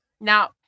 Now